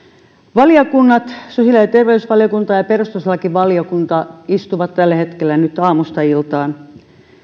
valiokunnat sosiaali ja terveysvaliokunta ja perustuslakivaliokunta istuvat tällä hetkellä aamusta iltaan